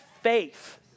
faith